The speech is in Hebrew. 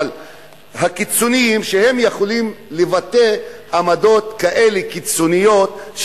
אבל הקיצונים שיכולים לבטא עמדות כאלה קיצוניות,